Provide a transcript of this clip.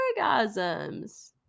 orgasms